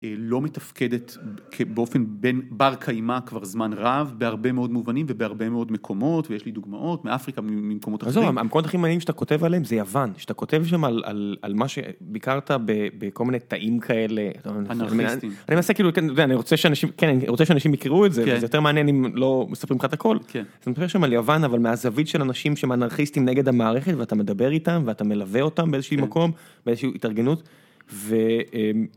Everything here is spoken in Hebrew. לא מתפקדת באופן בין בר קיימא כבר זמן רב, בהרבה מאוד מובנים ובהרבה מאוד מקומות ויש לי דוגמאות מאפריקה וממקומות אחרים. המקומות הכי מעניינים שאתה כותב עליהם זה יוון, שאתה כותב שם על מה שביקרת בכל מיני תאים כאלה. אנרכיסטים. אני עושה כאילו, אני רוצה שאנשים יכירו את זה וזה יותר מעניין אם לא מספרים לך את הכל. כן. אז אני מדבר שם על יוון אבל מהזווית של אנשים שהם אנרכיסטים נגד המערכת ואתה מדבר איתם ואתה מלווה אותם באיזשהו מקום, באיזשהו התארגנות. ואאאא הם